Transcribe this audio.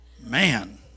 Man